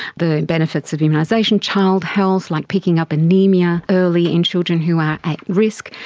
the benefits of immunisation, child health, like picking up anaemia early in children who are at risk,